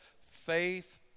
faith